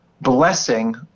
blessing